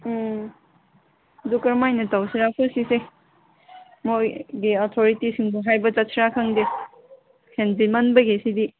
ꯎꯝ ꯑꯗꯨ ꯀꯔꯝ ꯍꯥꯏꯅ ꯇꯧꯁꯤꯔꯥ ꯑꯩꯈꯣꯏꯒꯤ ꯁꯤꯁꯦ ꯃꯈꯣꯏꯒꯤ ꯑꯣꯊꯣꯔꯤꯇꯤꯁꯤꯡꯗꯨ ꯍꯥꯏꯕ ꯆꯠꯁꯤꯔꯥ ꯈꯪꯗꯦ ꯍꯦꯟꯖꯤꯟꯃꯟꯕꯒꯤ ꯁꯤꯗꯤ